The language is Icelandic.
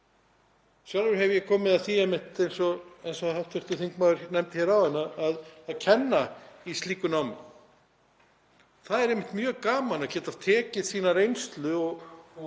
Sjálfur hef ég komið að því einmitt, eins og hv. þingmaður nefndi hér áðan, að kenna í slíku námi. Það er einmitt mjög gaman að geta tekið sína reynslu og